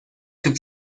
gibt